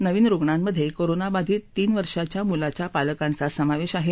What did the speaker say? नवीन रुणांमध्ये कोरोना बाधित तीन वर्षांच्या मुलाच्या पालकांचा समावेश आहे